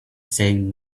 saying